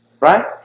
Right